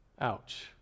Ouch